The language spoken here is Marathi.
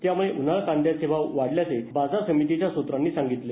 त्यामुळे उन्हाळ कांद्याचे भाव वाढल्याचं बाजार समितीच्या सुत्राने सांगितले